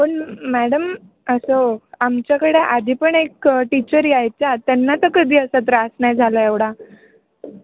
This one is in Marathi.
पण मॅडम असं आमच्याकडे आधी पण एक टीचर यायच्या त्यांना तर कधी असा त्रास नाही झाला एवढा